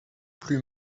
plus